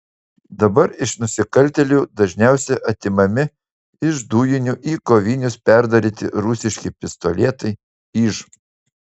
dabar iš nusikaltėlių dažniausiai atimami iš dujinių į kovinius perdaryti rusiški pistoletai iž